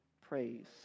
praise